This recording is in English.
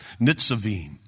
Nitzavim